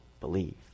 believe